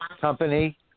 company